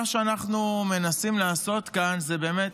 מה שאנחנו מנסים לעשות כאן זה באמת,